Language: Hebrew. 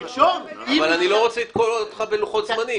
אבל אני לא רוצה לתקוע אותך בלוחות זמנים.